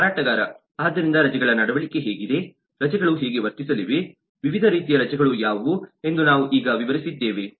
ಮಾರಾಟಗಾರ ಆದ್ದರಿಂದ ರಜೆಗಳ ನಡವಳಿಕೆ ಹೇಗಿದೆ ರಜೆಗಳು ಹೇಗೆ ವರ್ತಿಸಲಿವೆ ವಿವಿಧ ರೀತಿಯ ರಜೆಗಳು ಯಾವುವು ಎಂದು ನಾವು ಈಗ ವಿವರಿಸಿದ್ದೇವೆ